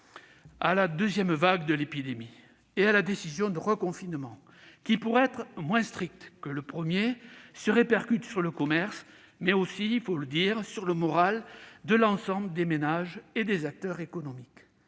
à la deuxième vague de l'épidémie et au deuxième confinement, qui, pour être moins strict que le premier, se répercute sur le commerce, mais aussi- il faut le dire -sur le moral de l'ensemble des ménages et des acteurs économiques.